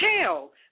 tell